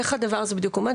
איפה הדבר הזה עומד?